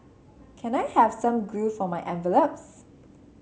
can I have some glue for my envelopes